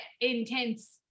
intense